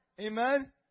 Amen